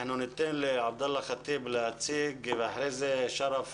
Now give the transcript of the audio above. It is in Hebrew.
ניתן לעבדאללה חטיב ואחריו ידבר שרף